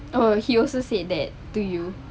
oh he also said that to you